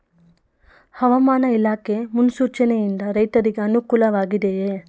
ಹವಾಮಾನ ಇಲಾಖೆ ಮುನ್ಸೂಚನೆ ಯಿಂದ ರೈತರಿಗೆ ಅನುಕೂಲ ವಾಗಿದೆಯೇ?